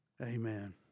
amen